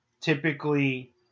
typically